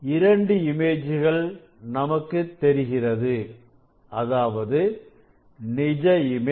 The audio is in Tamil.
இரண்டு இமேஜ்கள் நமக்கு தெரிகிறது அதாவது நிஜ இமேஜ்